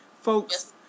Folks